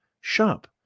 shop